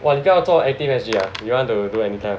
!wah! 你不要做 Active S_G ah you want to do Anytime